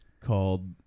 called